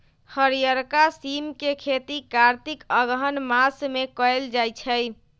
हरियरका सिम के खेती कार्तिक अगहन मास में कएल जाइ छइ